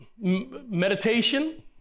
meditation